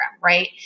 right